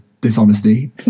dishonesty